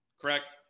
correct